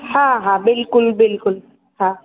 हा हा बिल्कुलु बिल्कुलु हा